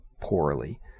poorly